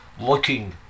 looking